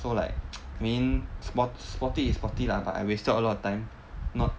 so like mean sport sporty is sporty lah but I wasted a lot of time not